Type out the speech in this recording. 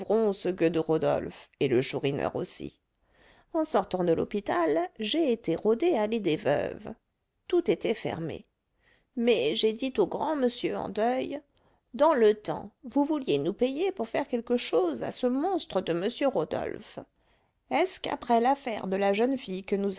gueux de rodolphe et le chourineur aussi en sortant de l'hôpital j'ai été rôder allée des veuves tout était fermé mais j'ai dit au grand monsieur en deuil dans le temps vous vouliez nous payer pour faire quelque chose à ce monstre de m rodolphe est-ce qu'après l'affaire de la jeune fille que nous